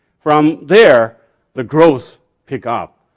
from there the growth pick up.